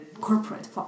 corporate